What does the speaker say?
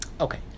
Okay